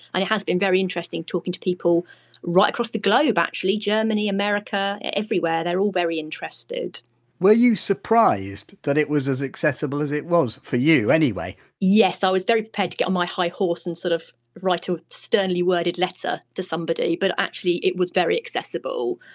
and it has been very interesting talking to people right across the globe actually germany, america, everywhere they're all very interested were you surprised that it was as accessible as it was, for you anyway? yes, i was very prepared to get on my high horse and sort of write a sternly worded letter to somebody but actually it was very accessible.